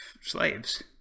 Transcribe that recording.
slaves